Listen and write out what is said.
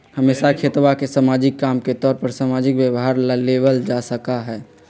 हमेशा खेतवा के सामाजिक काम के तौर पर सामाजिक व्यवहार ला लेवल जा सका हई